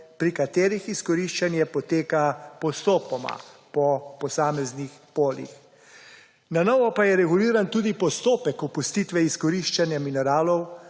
pri katerih izkoriščanje poteka postopoma, po posameznih poljih. Na novo pa je reguliran tudi postopek opustitve izkoriščanja mineralov,